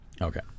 Okay